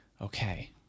okay